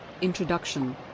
Introduction